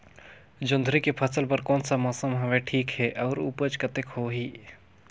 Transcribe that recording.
जोंदरी के फसल बर कोन सा मौसम हवे ठीक हे अउर ऊपज कतेक होही?